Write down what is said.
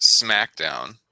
SmackDown